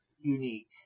unique